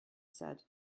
said